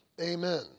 amen